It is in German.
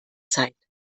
zeit